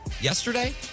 yesterday